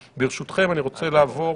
ברשותכם, אני רוצה לעבור